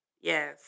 Yes